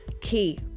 key